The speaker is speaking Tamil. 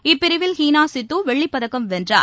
இப்பிரிவில் ஹீனாசித்துவெள்ளிப்பதக்கம் வென்றார்